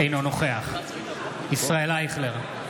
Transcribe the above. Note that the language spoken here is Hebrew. אינו נוכח ישראל אייכלר,